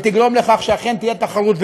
ותגרום לכך שאכן תהיה תחרות,